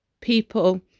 people